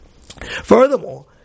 Furthermore